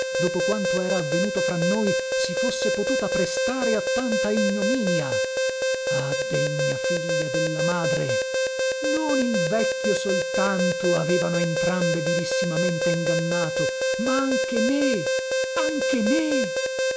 dopo quanto era avvenuto fra noi si fosse potuta prestare a tanta ignominia ah degna figlia della madre non il vecchio soltanto avevano entrambe vilissimamente ingannato ma anche me anche me